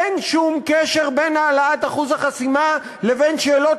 אין שום קשר בין העלאת אחוז החסימה לבין שאלות